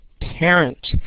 parent